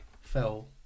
fell